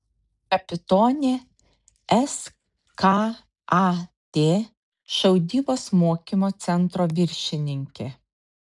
kapitonė skat šaudybos mokymo centro viršininkė